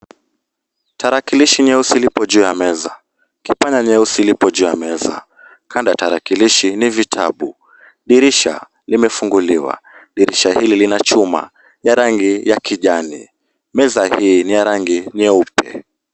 Tarakilishi nyeusi lipo juu ya meza, kipanya nyeusi lipo juu ya meza. Kando ya tarakilishi ni vitabu. Dirisha limefunguliwa, dirisha hili lina chuma ya rangi ya kijani. Meza hii ni ya rangi nyeupe.